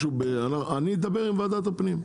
אני אדבר עם ועדת הפנים.